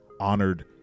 honored